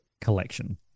collection